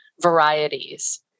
varieties